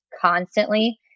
constantly